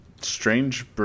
Strange